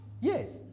Yes